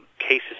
cases